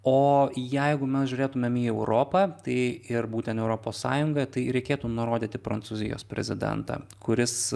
o jeigu mes žiūrėtumėm į europą tai ir būtent europos sąjungą tai reikėtų nurodyti prancūzijos prezidentą kuris